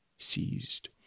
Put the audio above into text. seized